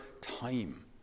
time